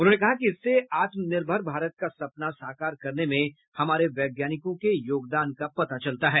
उन्होंने कहा कि इससे आत्मनिर्भर भारत का सपना साकार करने में हमारे वैज्ञानिकों के योगदान का पता चलता है